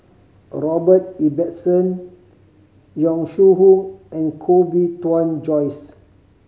Robert Ibbetson Yong Shu Hoong and Koh Bee Tuan Joyce